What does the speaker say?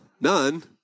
none